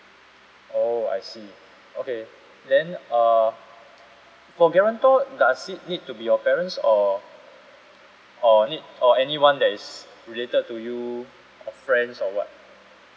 oh I see okay then uh for guarantor does it need to be your parents or or need or anyone that is related to you or friends or what